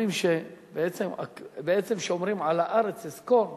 אז אומרים שכשאומרים על הארץ "אזכור",